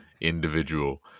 individual